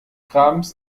grabens